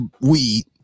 weed